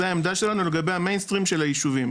זו העמדה שלנו לגבי המיינסטרים של היישובים.